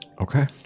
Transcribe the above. Okay